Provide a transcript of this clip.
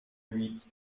huit